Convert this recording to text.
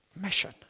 mission